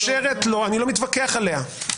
אני לא מתווכח עליה,